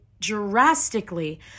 drastically